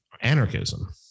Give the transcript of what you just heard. anarchism